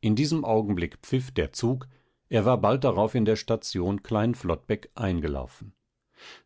in diesem augenblick pfiff der zug er war bald darauf in der station klein flottbeck eingelaufen